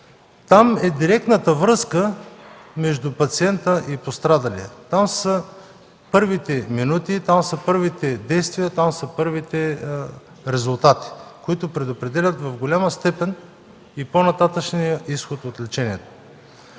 Там е директната връзка между пациента и пострадалия, там са първите минути, там са първите действия, първите резултати, които предопределят в голяма степен и по-нататъшния изход от лечението.